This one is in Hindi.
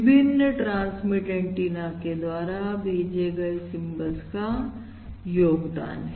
विभिन्न ट्रांसमिट एंटीना के द्वारा भेजे गए सिंबल्स का योगदान है